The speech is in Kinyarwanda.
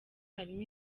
harimo